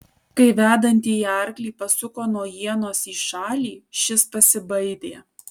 kai vedantįjį arklį pasuko nuo ienos į šalį šis pasibaidė